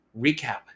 recap